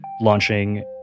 launching